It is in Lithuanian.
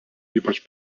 ypač